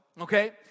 okay